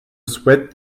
souhaite